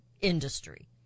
industry